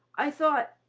i thought,